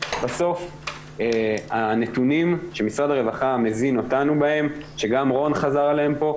בסוף הנתונים שמשרד הרווחה מזין אותנו בהם שגם רון חזר עליהם פה,